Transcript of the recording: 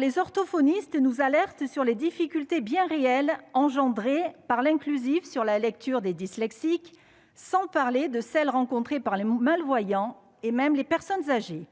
Les orthophonistes nous alertent sur les difficultés bien réelles engendrées par l'inclusif pour la lecture des dyslexiques, sans parler de celles qui sont rencontrées par les malvoyants et les personnes âgées.